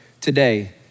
today